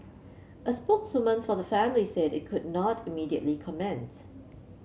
a spokeswoman for the family said it could not immediately comment